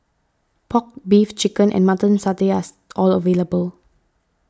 Pork Beef Chicken and Mutton Satay are all available